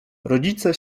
rodzice